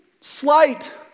slight